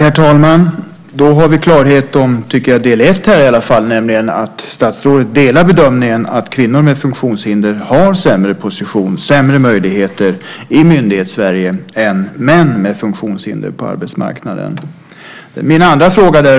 Herr talman! Då tycker jag att vi i alla fall har klarhet om del ett här, nämligen att statsrådet delar bedömningen att kvinnor med funktionshinder har sämre position, sämre möjligheter i Myndighets-Sverige, än män med funktionshinder på arbetsmarknaden. När det däremot gäller